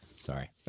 Sorry